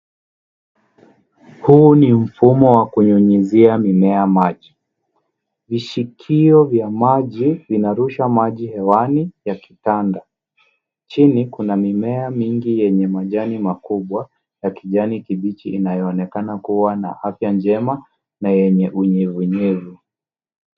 Huu ni mfumo wa kunyunyuzia mimea maji. Vishikio vya maji vinarusha maji hewani ya kitanda. Chini, kuna mimea mingi yenye majani makubwa ya kijani kibichi yanayoonekana kuwa na afya njema na yenye unyevunyevu.